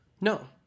No